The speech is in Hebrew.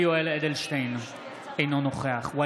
(קורא בשמות חברי הכנסת) יולי יואל אדלשטיין,